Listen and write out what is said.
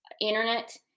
internet